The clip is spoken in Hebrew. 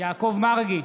יעקב מרגי,